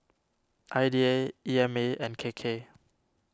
I D A E M A and K K